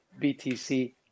BTC